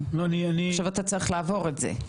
עכשיו אתה צריך לעבור את זה.